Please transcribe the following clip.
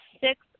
six